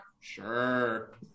Sure